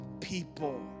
people